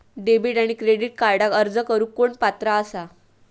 Debit आणि credit कार्डक अर्ज करुक कोण पात्र आसा?